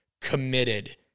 committed